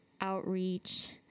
outreach